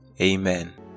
Amen